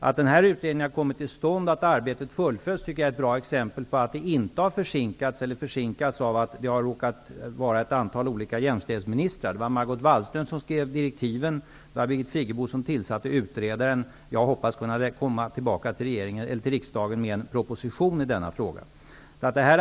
Att den här utredningen kommit till stånd och att arbetet fullföljs tycker jag är bra exempel på att arbetet inte försinkas av att vi råkat ha ett antal olika jämställdhetsministrar. Margot Wallström skrev direktiven, Brigit Friggebo tillsatte utredaren och jag hoppas kunna komma tillbaka till riksdagen med en proposition i frågan.